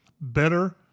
better